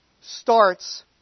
starts